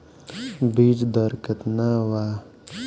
बीज दर केतना वा?